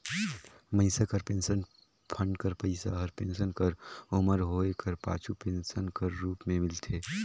मइनसे कर pension fund कर पइसा हर पेंसन कर उमर होए कर पाछू पेंसन कर रूप में मिलथे